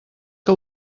que